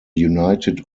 united